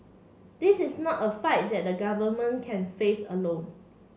this is not a fight that the government can face alone